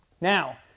Now